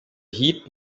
heat